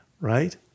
right